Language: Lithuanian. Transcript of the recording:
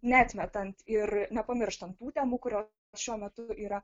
neatmetant ir nepamirštant tų temų kurio šiuo metu yra